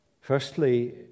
firstly